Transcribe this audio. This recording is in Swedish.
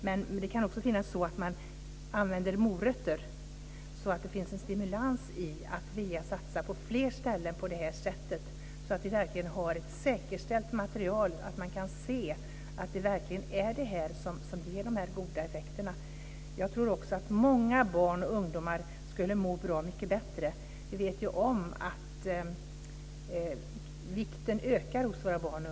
Men man kan använda morötter så att det finns en stimulans till att satsa på det här sättet på fler ställen, för att få ett säkerställt material som visar att det verkligen är det här som ger de goda effekterna. Jag tror att många barn och ungdomar skulle må mycket bättre. Vi vet att barns och ungdomars vikt ökar.